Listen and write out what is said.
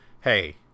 hey